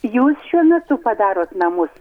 jūs šiuo metu padarot namus